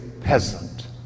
peasant